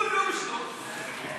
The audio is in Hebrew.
לא